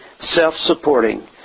self-supporting